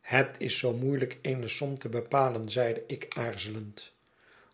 het is zoo moeielijk eene som te bepalen zeide ik aarzelend